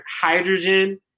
hydrogen